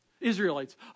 Israelites